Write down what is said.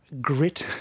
grit